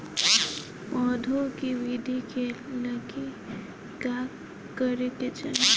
पौधों की वृद्धि के लागी का करे के चाहीं?